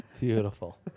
Beautiful